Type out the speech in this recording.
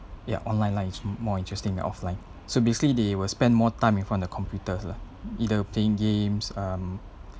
ya online life is more interesting than offline so basically they will spend more time in front of the computers lah either playing games um